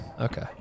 Okay